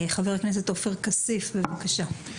חבר הכנסת עופר כסיף, בבקשה.